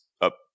up